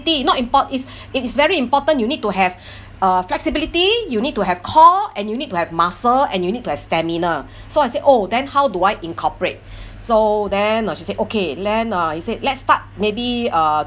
not import~ it's it is very important you need to have uh flexibility you need to have core and you need to have muscle and you need to have stamina so I say oh then how do I incorporate so then uh she said okay then uh she said let's start maybe uh